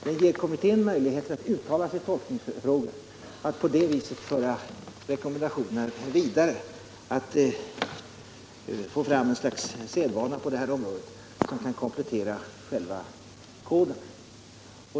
Den ger kommittén möjlighet att uttala sig i tolkningsfrågor och därigenom föra rekommendationer vidare och skapa något slags sedvana på detta område som kan komplettera själva koden.